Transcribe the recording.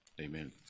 amen